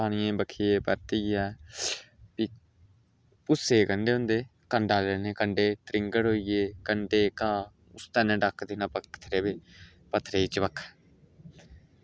पानियै गी बक्खियै परतियै भी भुस्से कंडे होंदे कंडें कन्नै कंडें दे त्रिंगड़ होई गे कंडें कन्नै जेह्का उस्सै कन्नै डक्क देना पत्थरै गी पत्थरै गी चबक्खै